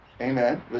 Amen